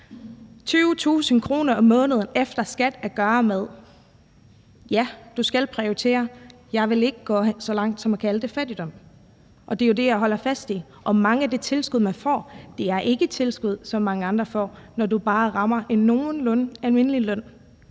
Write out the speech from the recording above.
og20.000 kr. om måneden efter skat at gøre godt med. Ja, du skal prioritere, men jeg vil ikke gå så langt som til at kalde det fattigdom, og det er jo det, jeg holder fast i. Og mange af de tilskud, man får, er ikke tilskud, som mange andre får, når man rammer bare en nogenlunde almindelig løn;